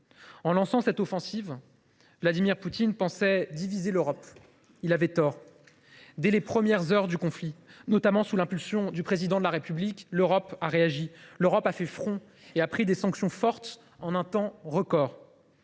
En lançant son offensive, Vladimir Poutine pensait diviser l’Europe. Il avait tort. Dès les premières heures du conflit, notamment sous l’impulsion du Président de la République, elle a réagi. Elle a fait front et pris des sanctions fortes en un temps record.